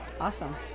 Awesome